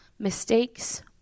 mistakes